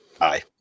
aye